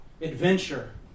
adventure